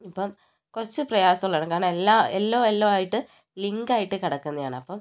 അപ്പോൾ കുറച്ച് പ്രയാസം ഉള്ളതാണ് കാരണം എല്ലാം എല്ലാം എല്ലാം ആയിട്ട് ലിങ്ക് ആയിട്ട് കിടക്കുന്നതാണ്